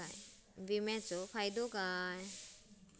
विमाचो फायदो काय?